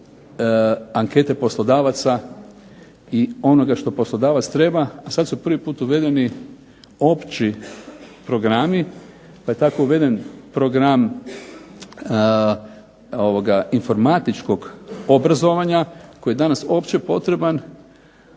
ankete poslodavaca i onoga što poslodavac treba, a sad su prvi put uvedeni opći programi. Pa je tako uveden program informatičkog obrazovanja koji je danas opće potreban